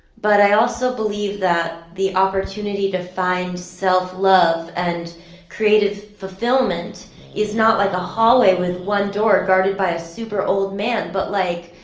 but i also believe that the opportunity to find self-love and creative fulfillment is not, like, a hallway with one door guarded by a super old man but like,